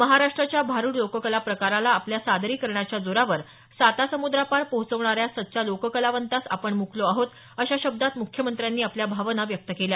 महाराष्ट्राच्या भारूड लोककला प्रकाराला आपल्या सादरीकरणाच्या जोरावर सातासमुद्रापार पोहचवणाऱ्या सच्चा लोककलावंतास आपण मुकलो आहोत अशा शब्दात त्यांनी आपल्या भावना व्यक्त केल्या